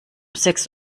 sechs